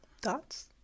Thoughts